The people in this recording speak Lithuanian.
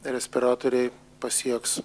respiratoriai pasieks